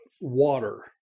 water